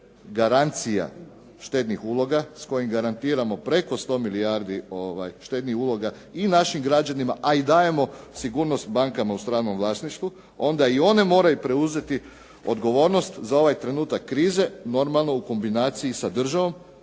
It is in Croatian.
garancija štednih uloga s kojim garantiramo preko 100 milijardi štednih uloga, i našim građanima, a i dajemo sigurnost bankama u stranom vlasništvu, onda i one moraju preuzeti odgovornost za ovaj trenutak krize, normalno u kombinaciji sa državom,